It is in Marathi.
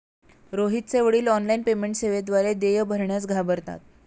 रोहितचे वडील ऑनलाइन पेमेंट सेवेद्वारे देय भरण्यास घाबरतात